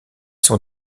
son